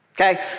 Okay